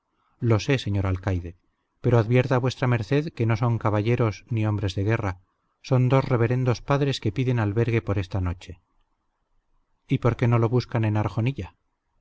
lo sé señor alcaide pero advierta vuestra merced que no son caballeros ni hombres de guerra son dos reverendos padres que piden albergue por esta noche y por qué no lo buscan en